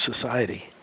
society